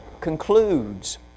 concludes